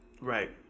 right